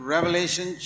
Revelation